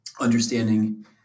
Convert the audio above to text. understanding